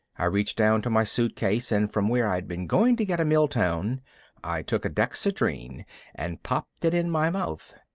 i reached down to my suitcase and from where i'd been going to get a miltown i took a dexedrine and popped it in my mouth.